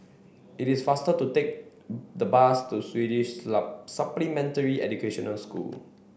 it is faster to take the bus to Swedish Supplementary Educational School